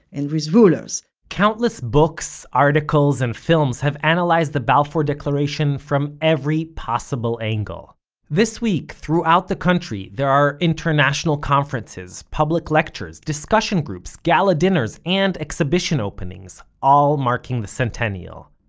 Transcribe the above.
and with rulers countless books, articles and films have analyzed the balfour declaration from every possible angle this week, throughout the country, there are international conferences, public lectures, discussion groups, gala dinners and exhibition openings, all marking the centennial.